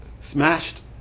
smashed